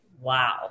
Wow